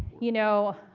you know,